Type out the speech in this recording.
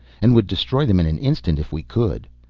and would destroy them in an instant if we could?